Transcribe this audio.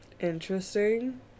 Interesting